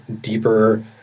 deeper